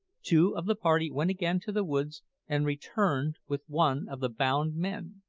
two of the party went again to the woods and returned with one of the bound men.